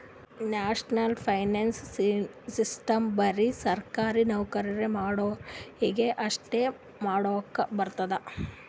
national pension system ಬರೆ ಸರ್ಕಾರಿ ನೌಕರಿ ಮಾಡೋರಿಗಿ ಅಷ್ಟೇ ಮಾಡ್ಲಕ್ ಬರ್ತುದ್